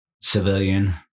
civilian